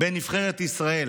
בין נבחרת ישראל